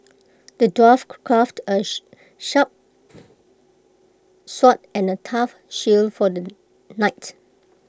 the dwarf crafted A shh sharp sword and A tough shield for the knight